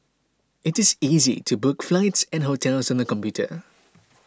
it is easy to book flights and hotels on the computer